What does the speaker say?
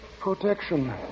protection